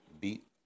beat